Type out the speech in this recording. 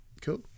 cool